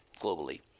globally